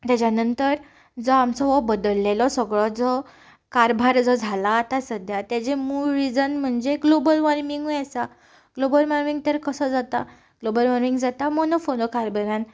तेच्या नंतर जो आमचो हो बदललेलो सगळो जो कारबार जो जाला आतां सद्द्याक तेजें मूळ रिझन म्हणलें ग्लोबल वॉर्मिंगूय आसा ग्लोबल वॉर्मिंग तर कसो जाता ग्लोबल वॉर्मिंग जाता मोनोफोनोकारबनान